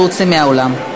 להוציא מהאולם.